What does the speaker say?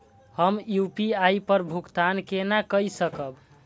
हम यू.पी.आई पर भुगतान केना कई सकब?